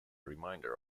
remainder